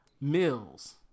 Mills